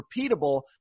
repeatable